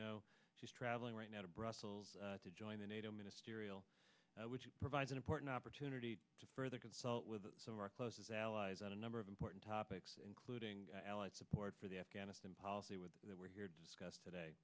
know she's traveling right now to brussels to join the nato ministerial which provides an important opportunity to further consult with some of our close allies on a number of important topics including allied support for the afghanistan policy with that we're here to discuss today